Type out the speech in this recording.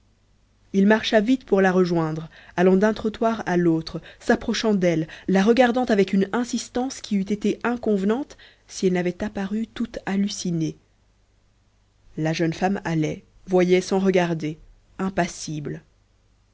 il marcha vite pour la rejoindre allant d'un trottoir à l'autre s'approchant d'elle la regardant avec une insistance qui eût été inconvenante si elle n'avait apparu toute hallucinée la jeune femme allait voyait sans regarder impassible